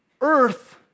Earth